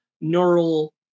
neural